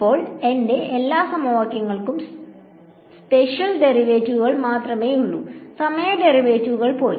അപ്പോൾ എന്റെ എല്ലാ സമവാക്യങ്ങൾക്കും സ്പേഷ്യൽ ഡെറിവേറ്റീവുകൾ മാത്രമേയുള്ളൂ സമയ ഡെറിവേറ്റീവുകൾ പോയി